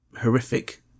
horrific